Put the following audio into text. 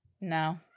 No